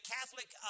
Catholic